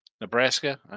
Nebraska